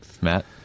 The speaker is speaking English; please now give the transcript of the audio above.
Matt